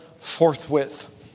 forthwith